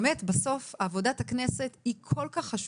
באמת בסוף עבודת הכנסת היא כל כך חשובה,